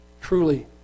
truly